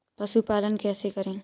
पशुपालन कैसे करें?